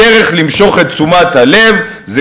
הדרך למשוך את תשומת הלב זה,